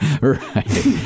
Right